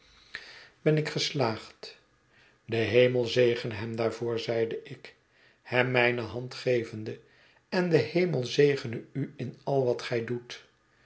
ben ik geslaagd de hemel zegene hem daarvoor zeide ik hem mijne hand gevende en de hemel zegene u in al wat gij doet